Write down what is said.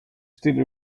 still